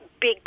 big